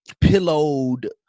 pillowed